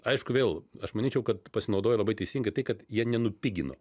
aišku vėl aš manyčiau kad pasinaudojo labai teisingai tai kad jie nenupigino